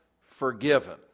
forgiven